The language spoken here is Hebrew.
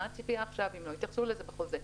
מה הציפייה עכשיו אם לא התייחסו לזה בחוזה,